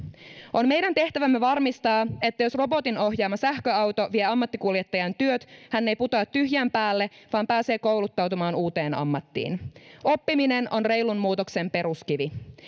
on meidän tehtävämme varmistaa että jos robotin ohjaama sähköauto vie ammattikuljettajan työt hän ei putoa tyhjän päälle vaan pääsee kouluttautumaan uuteen ammattiin oppiminen on reilun muutoksen peruskivi